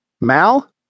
Mal